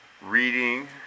reading